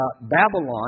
Babylon